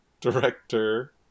director